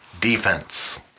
defense